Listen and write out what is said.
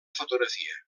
fotografia